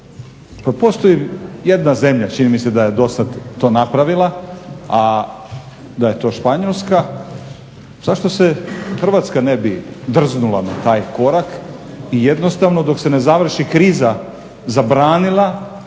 Postoji jedna zemlja, čini mi se da je dosad to napravila, da je to Španjolska. Zašto se Hrvatska ne bi drznula na taj korak i jednostavno dok se ne završi kriza zabranila